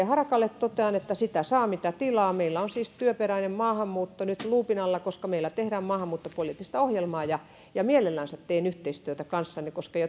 harakalle totean että sitä saa mitä tilaa meillä on siis työperäinen maahanmuutto nyt luupin alla koska meillä tehdään maahanmuuttopoliittista ohjelmaa mielelläni teen yhteistyötä kanssanne koska jos